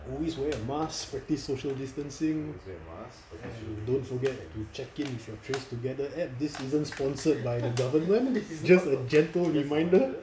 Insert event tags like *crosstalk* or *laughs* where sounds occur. always wear a mask practise social distancing and don't forget to check in with your trace together app this season sponsored by the government this is just a gentle reminder *laughs*